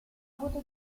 avuto